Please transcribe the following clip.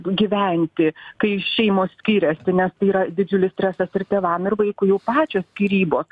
gyventi kai šeimos skiriasi nes tai yra didžiulis stresas ir tėvams ir vaikui jau pačios skyrybos